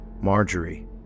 marjorie